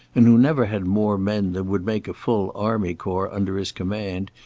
and who never had more men than would make a full army-corps under his command,